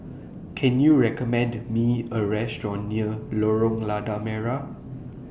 Can YOU recommend Me A Restaurant near Lorong Lada Merah